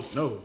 no